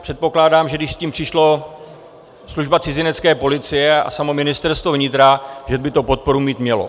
Předpokládám, že když s tím přišla Služba cizinecké policie a samo Ministerstvo vnitra, že by to podporu mít mělo.